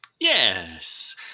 Yes